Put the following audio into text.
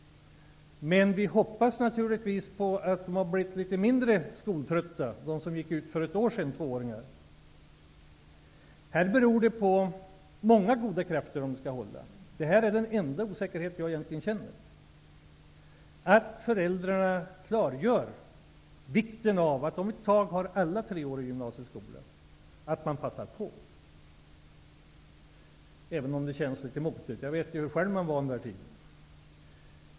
Men vi hoppas naturligtvis att de som gick ut det tvååriga gymnasiet för ett år sedan nu skall ha blivit litet mindre skoltrötta. Här beror det på många goda krafter, om det skall hålla. Detta är den enda osäkerhet jag egentligen känner. Det är viktigt att föräldrarna klargör att om ett tag har alla treårig gymnasieskola och att man bör passa på, även om det känns litet motigt. Jag vet ju hur man var själv i den åldern.